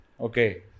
okay